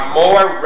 more